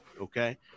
okay